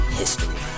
history